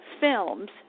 films